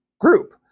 group